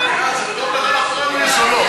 בסדר, אין בעיה.